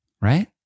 Right